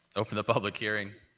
open the public hearing.